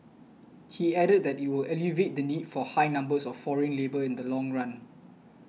he added that it will alleviate the need for high numbers of foreign labour in the long run